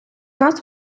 нас